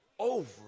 Over